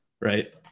right